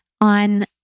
on